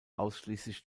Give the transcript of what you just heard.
ausschließlich